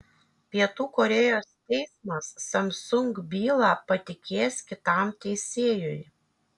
pietų korėjos teismas samsung bylą patikės kitam teisėjui